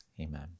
amen